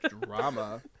Drama